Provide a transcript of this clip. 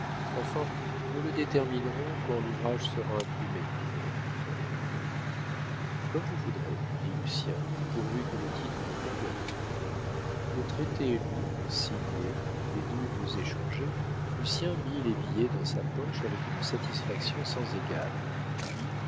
enfin nous le déterminerons quand l'ouvrage sera imprimé reprit fendant comme vous voudrez dit lucien pourvu que le titre me convienne le traité lu signé les doubles échangés lucien mit les billets dans sa poche avec une satisfaction sans égale puis